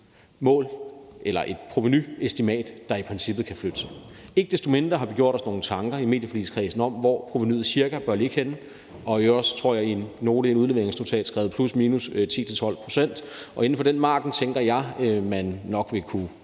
et provenuestimat, der i princippet kan flytte sig. Ikke desto mindre har vi gjort os nogle tanker i medieforligskredsen om, hvor provenuet cirka bør ligge henne, og i øvrigt, tror jeg, i en note i et udleveringsnotat skrevet plus/minus 10-12 pct. Inden for den margen tænker jeg man nok vil kunne